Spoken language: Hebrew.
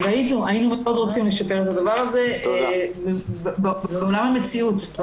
והיינו רוצים לשפר את הדבר הזה בעולם המציאות.